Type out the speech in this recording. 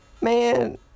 man